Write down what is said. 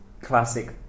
classic